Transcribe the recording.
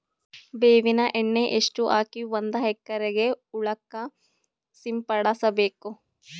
ಬೇವಿನ ಎಣ್ಣೆ ಎಷ್ಟು ಹಾಕಿ ಒಂದ ಎಕರೆಗೆ ಹೊಳಕ್ಕ ಸಿಂಪಡಸಬೇಕು?